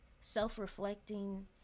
self-reflecting